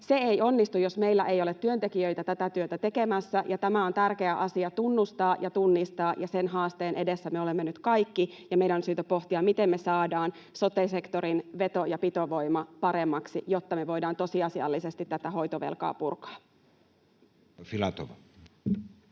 Se ei onnistu, jos meillä ei ole työntekijöitä tätä työtä tekemässä, ja tämä on tärkeä asia tunnustaa ja tunnistaa. Sen haasteen edessä me olemme nyt kaikki, ja meidän syytä pohtia, miten me saadaan sote-sektorin veto‑ ja pitovoima paremmaksi, jotta me voidaan tosiasiallisesti tätä hoitovelkaa purkaa. [Speech